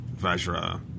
Vajra